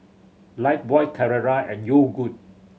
Lifebuoy Carrera and Yogood